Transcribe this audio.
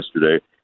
yesterday